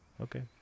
okay